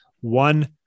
one